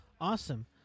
awesome